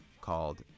called